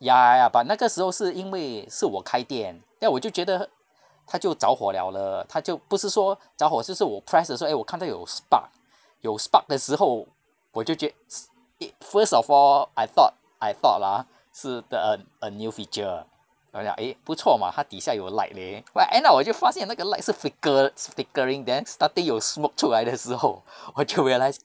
ya ya ya but 那个时候是因为是我开店 then 我就觉得它就着火 liao 了它就不是说着火就是我 press 的时候 eh 我看到有 spark 有 spark 的时候我就觉 it~ first of all I thought I thought lah ah 是 th~ a a new feature 我就讲 eh 不错 mah 它底下有 light leh but end up 我就发现那个 light 是 flicker~ flickering then starting 有 smoke 出来的时候我就 realise